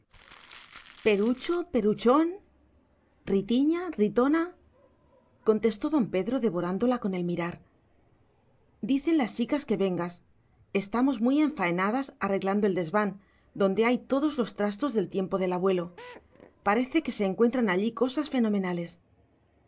perucho peruchón ritiña ritona contestó don pedro devorándola con el mirar dicen las chicas que vengas estamos muy enfaenadas arreglando el desván donde hay todos los trastos del tiempo del abuelo parece que se encuentran allí cosas fenomenales